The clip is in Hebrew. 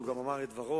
הוא גם אמר את דברו,